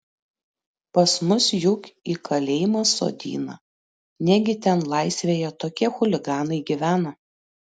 pas mus juk į kalėjimą sodina negi ten laisvėje tokie chuliganai gyvena